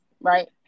right